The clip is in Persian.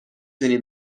تونی